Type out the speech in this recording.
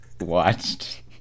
watched